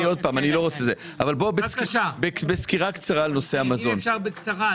סקירה קצרה בנושא המזון